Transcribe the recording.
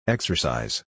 Exercise